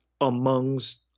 amongst